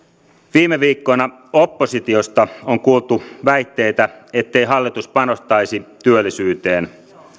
viime viikkoina oppositiosta on kuultu väitteitä ettei hallitus panostaisi työllisyyteen